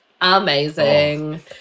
amazing